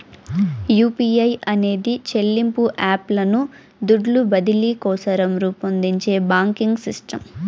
UPI అనేది చెల్లింపు app లను దుడ్లు బదిలీ కోసరం రూపొందించే బాంకింగ్ సిస్టమ్